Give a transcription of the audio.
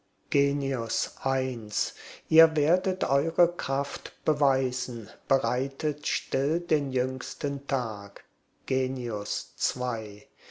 genius i ihr werdet eure kraft beweisen bereitet still den jüngsten tag genius ii